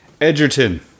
edgerton